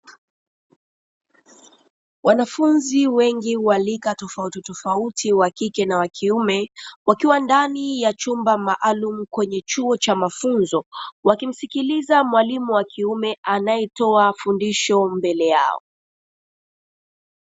Wanafunzi wengi wa rika tofautitofauti wakike na wakiume, wakiwa ndani ya chumba maalumu kwenye chuo cha mafunzo wakimsikiliza mwalimu wa kiume anaetoa fundisho mbele yao.